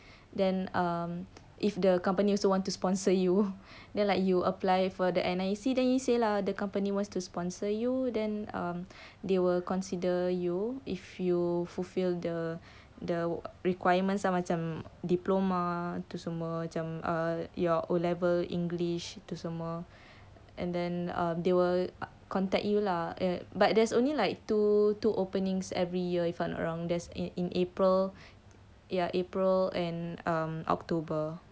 then um if the company also want to sponsor you then like you apply for the N_I_E_C and then you see then you say lah the company wants to sponsor you then um they will consider you if you fulfill the the requirements so macam diploma tu semua macam uh your O level english tu semua and then err they will contact you lah eh but there's only like two two openings every year if I'm not wrong there's one in in april ya april and um october